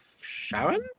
Sharon